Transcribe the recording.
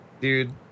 Dude